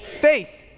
Faith